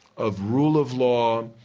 of rule of law,